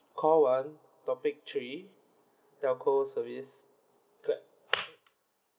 call one topic three telco service clap